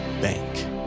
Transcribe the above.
Bank